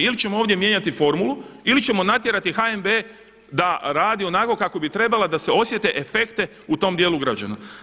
Ili ćemo ovdje mijenjati formulu ili ćemo natjerati HNB da radi onako kako bi trebala da se osjete efekte u tom dijelu ugrađeno.